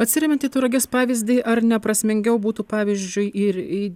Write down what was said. atsiremiant į tauragės pavyzdį ar ne prasmingiau būtų pavyzdžiui ir į